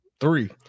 Three